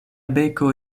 beko